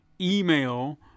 email